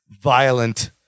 violent